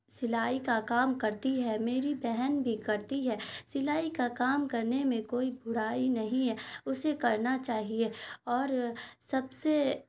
سلائی کا کام کرتی ہے میری بہن بھی کرتی ہے سلائی کا کام کرنے میں کوئی برائی نہیں ہے اسے کرنا چاہیے اور سب سے